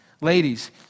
Ladies